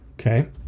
Okay